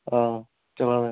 हां चला दा ऐ